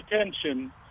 attention